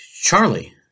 Charlie